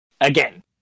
Again